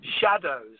shadows